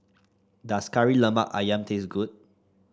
does Kari Lemak ayam taste good